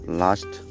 last